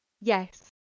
yes